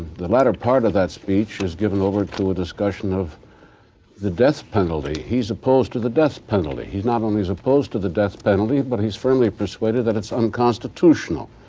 the latter part of that speech is given over to a discussion of the death penalty. he's opposed to the death penalty. he not only is opposed to the death penalty but he's firmly persuaded that it's unconstitutional.